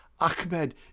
Ahmed